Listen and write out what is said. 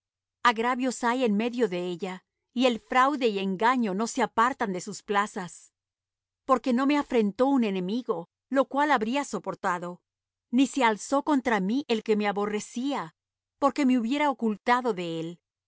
agravios hay en medio de ella y el fraude y engaño no se apartan de sus plazas porque no me afrentó un enemigo lo cual habría soportado ni se alzó contra mí el que me aborrecía porque me hubiera ocultado de él